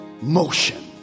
motion